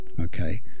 okay